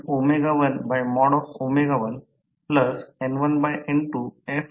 संपूर्ण बांधकाम बार आणि अंतिम रिंग ही स्क्विरेल केज सारखे आहे ज्यातून हे नाव पुढे आले आहे नंतर हे पहा